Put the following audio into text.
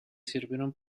sirvieron